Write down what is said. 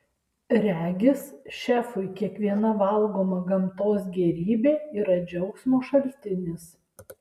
regis šefui kiekviena valgoma gamtos gėrybė yra džiaugsmo šaltinis